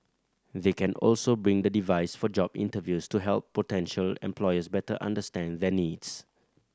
they can also bring the device for job interviews to help potential employers better understand their needs